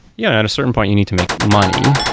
yeah at a certain point, you need to make money.